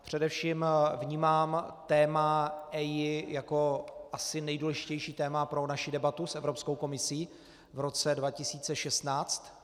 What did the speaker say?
Především vnímám téma EIA jako asi nejdůležitější téma pro naši debatu s Evropskou komisí v roce 2016.